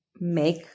make